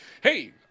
Hey